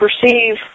perceive